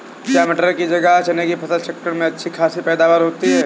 क्या मटर की जगह चने की फसल चक्रण में अच्छी खासी पैदावार होती है?